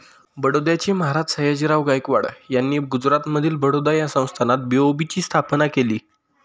बडोद्याचे महाराज सयाजीराव गायकवाड यांनी गुजरातमधील बडोदा या संस्थानात बी.ओ.बी ची स्थापना केली